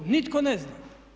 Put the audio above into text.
Nitko ne zna.